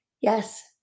Yes